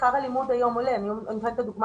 שכר הלימוד היום עולה ואני אקח לדוגמה